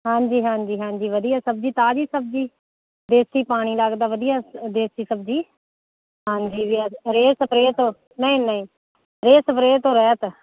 ਹਾਂਜੀ ਹਾਂਜੀ ਹਾਂਜੀ ਵਧੀਆ ਸਬਜ਼ੀ ਤਾਜ਼ੀ ਸਬਜ਼ੀ ਦੇਸੀ ਪਾਣੀ ਲੱਗਦਾ ਵਧੀਆ ਦੇਸੀ ਸਬਜ਼ੀ ਹਾਂਜੀ ਰੇਹ ਸਪਰੇ ਤੋਂ ਨਹੀਂ ਨਹੀਂ ਰੇਹ ਸਪਰੇ ਤੋਂ ਰਹਿਤ